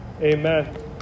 Amen